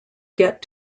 get